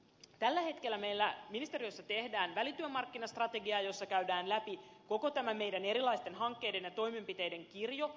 tällä hetkellä meillä ministeriössä tehdään välityömarkkinastrategiaa jossa käydään läpi koko tämä meidän erilaisten hankkeiden ja toimenpiteiden kirjo